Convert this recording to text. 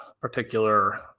particular